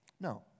No